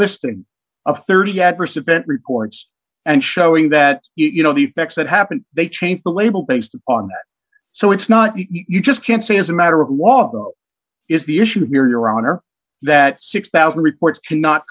listing of thirty adverse event reports and showing that you know the effects that happened they changed the label based on so it's not you just can't say as a matter of who was is the issue here your honor that six thousand reports cannot